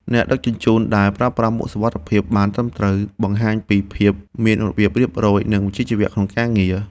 អ្នកដឹកជញ្ជូនដែលប្រើប្រាស់មួកសុវត្ថិភាពបានត្រឹមត្រូវបង្ហាញពីភាពមានរបៀបរៀបរយ និងវិជ្ជាជីវៈក្នុងការងារ។